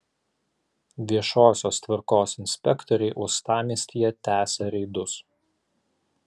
viešosios tvarkos inspektoriai uostamiestyje tęsia reidus